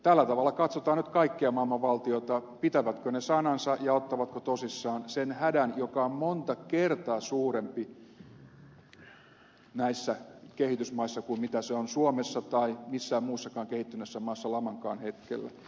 tällä tavalla katsotaan nyt kaikkia maailman valtioita pitävätkö ne sanansa ja ottavatko tosissaan sen hädän joka on monta kertaa suurempi näissä kehitysmaissa kuin mitä se on suomessa tai missään muussakaan kehittyneessä maassa lamankaan hetkellä